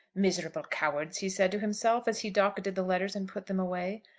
miserable cowards, he said to himself, as he docketed the letters and put them away.